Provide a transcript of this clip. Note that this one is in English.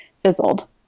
fizzled